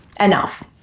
enough